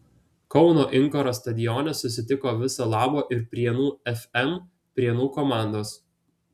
kauno inkaro stadione susitiko viso labo ir prienų fm prienų komandos